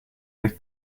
euch